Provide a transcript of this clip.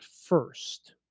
first